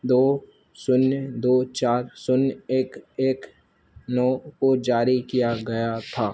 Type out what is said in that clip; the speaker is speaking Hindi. दो शून्य दो चार शून्य एक एक नौ को जारी किया गया था